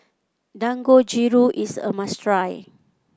dangojiru is a must try